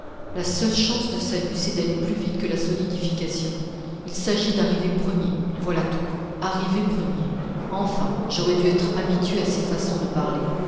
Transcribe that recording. la seule chance de salut c'est d'aller plus vite que la solidification il s'agit d'arriver premiers voilà tout arriver premiers enfin j'aurais dû être habitué à ces façons de parler